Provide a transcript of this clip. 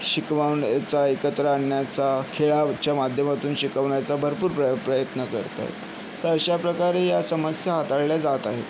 शिकवावण्याचा एकत्र आणण्याचा खेळाच्या माध्यमातून शिकवण्याचा भरपूर प्र प्रयत्न करत आहेत तर अशा प्रकारे या समस्या हाताळल्या जात आहेत